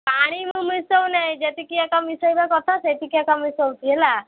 ପାଣି ମୁଁ ମିଶାଉ ନାହିଁ ଯେତିକି ଏକା ମିଶାଇବା କଥା ସେତିକି ଏକା ମିଶାଉଛି ହେଲା